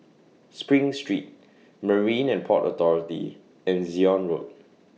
SPRING Street Marine and Port Authority and Zion Road